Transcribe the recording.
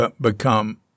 become